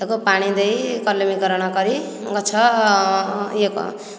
ତାକୁ ପାଣି ଦେଇ କଲମୀକରଣ କରି ଗଛ ୟେ